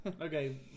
Okay